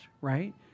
right